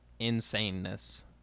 insaneness